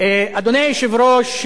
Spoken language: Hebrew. אחד מחברי הכנסת,